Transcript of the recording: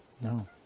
No